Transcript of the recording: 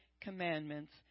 commandments